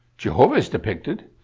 jehovah is depicted.